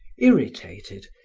irritated,